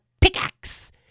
pickaxe